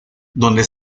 donde